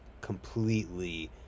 completely